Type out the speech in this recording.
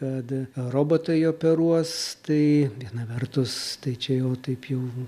kad robotai operuos tai viena vertus tai čia jau taip jau